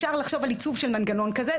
אפשר לחשוב על עיצוב של מנגנון כזה,